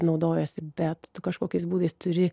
naudojasi bet tu kažkokiais būdais turi